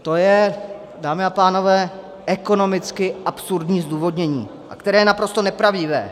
To je, dámy a pánové, ekonomicky absurdní zdůvodnění, které je naprosto nepravdivé.